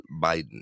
Biden